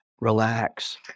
relax